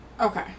Okay